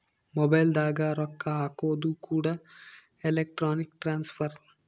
mobile ದಾಗ ರೊಕ್ಕ ಹಾಕೋದು ಕೂಡ ಎಲೆಕ್ಟ್ರಾನಿಕ್ ಟ್ರಾನ್ಸ್ಫರ್